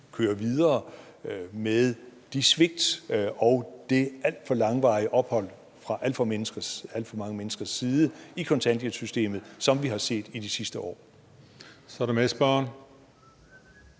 køre videre med de svigt og de alt for langvarige ophold for alt for mange mennesker i kontanthjælpssystemet, som vi har set i de sidste år. Kl. 15:01 Tredje